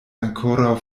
ankoraŭ